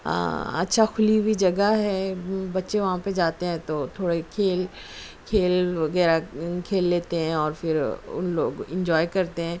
اچھا کھلی ہوئی جگہ ہے بچے وہاں پہ جاتے ہیں تو تھوڑے کھیل کھیل وغیرہ کھیل لیتے ہیں اور پھر ان لوگ انجوائے کرتے ہیں